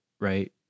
right